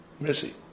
Merci